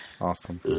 Awesome